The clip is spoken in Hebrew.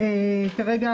כרגע